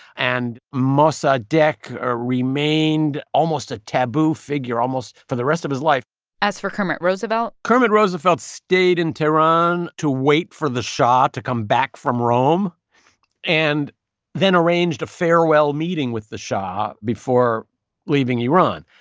and mossadegh remained almost a taboo figure, almost for the rest of his life as for kermit roosevelt. kermit roosevelt stayed in tehran to wait for the shah to come back from rome and then arranged a farewell meeting with the shah before leaving iran.